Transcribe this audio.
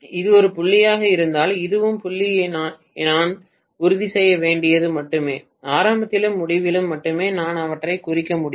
இது ஒரு புள்ளியாக இருந்தால் இதுவும் புள்ளி என்பதை நான் உறுதி செய்ய வேண்டியது மட்டுமே ஆரம்பத்திலும் முடிவிலும் மட்டுமே நான் அவற்றைக் குறிக்க முடியும்